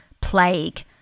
plague